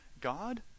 God